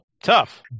tough